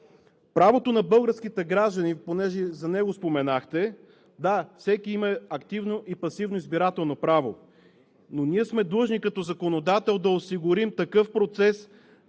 Правото на българските граждани – понеже за него споменахте, да, всеки има активно и пасивно избирателно право. Но ние сме длъжни като законодател да осигурим такъв процес,